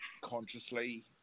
consciously